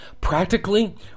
practically